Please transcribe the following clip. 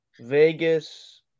Vegas